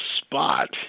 spot